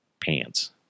pants